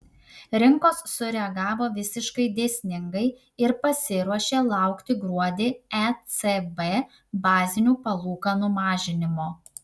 rinkos sureagavo visiškai dėsningai ir pasiruošė laukti gruodį ecb bazinių palūkanų mažinimo